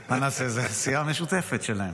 מה נעשה, זו הסיעה המשותפת שלהם.